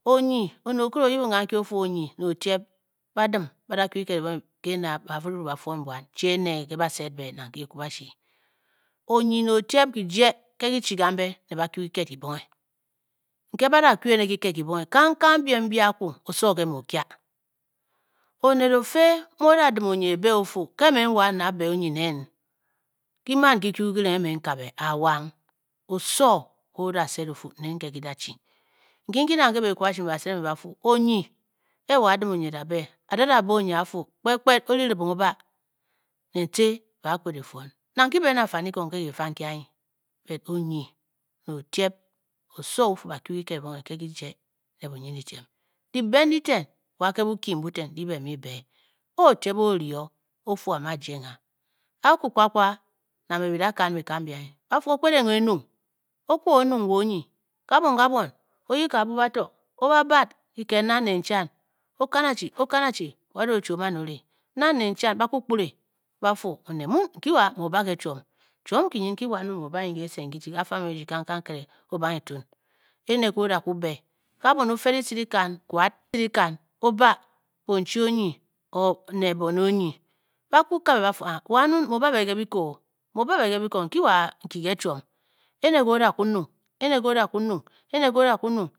Onyi onet okiri o-yip ng kankyi ofu, onyi ne otyep ba-dim ba-da-kyu kiked kyibonge ke na mbe ba-ryu ng mbe ba-fwon bwan chi ene nke ba-sed be nang ke ekwabashi onyi ne otyep, kyije nke kyi-chi kambe mbe be-kyu kyiked, kibonge ke ba-kyu ene kyiked kyibonge, kankang byem mbyi aku, osowo nke mu o-kya Oned o fi mu o da dim onyi ebe ofu, ke mme n-dim onyi e da be nen, kyi-man kyi-kyu eringe nyi okabe awang osowo nke o da sed ofu, neen nke kyi da chi, Nkyi nke nang ke biikwabashi mbe ba sedeng mbe ba fu onyi. a wo a-dim onyi ebe, wo a de a ebe ba fu onyi, e e wo a-dim onyi e da be, a da da bee onyi a fu kpet kpet o-ribiribing o-ba nenci ba- kpet efwon nang ki be ne afanikong ke kifang nki anyi bod onyi ne otyep osowo offu, bakyu kyikit kyibonge ke kije ne ke bunyin dyityem Dyibe ndyi eten wa ke Boki mbu ten ndi bi mu bi be e, a otyep o-ri o ofu, wo amu aje ng a, akwu kpakpa nang mbe bi da- kan bi- kam, o- kpet o e-nyung, o- nyung ng o wa onyi, ka bwon ka bwon o-yip kaabu bato o-ba bat, kiked nnan ne nchan, o- kan achi, o-kan achi wada o chi o man o e- ri. nnan ne nchan ba kwu Ekpire ba fu oned mun nki wa mu o ba ke chiom, chwon nki nyin nki wan mun mu o baa kese nki jyi, kafa kibam e jyi o banghe e tuun, ene nke o da kwu be ka buon o fe ditci dyikan wo a a tce ke dikan o ba bonchi onyi or ne bone onyi ba kwu kabeba fu haa, wan mun mu o ba be ke biko, mu o ba be ke biko, nki waa nki ke chiom, Ene ke o da ku nyung, ene nke o da ku nyung, ene nke o da ku nyung